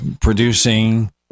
producing